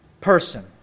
person